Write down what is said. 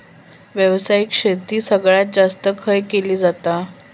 व्यावसायिक शेती सगळ्यात जास्त खय केली जाता?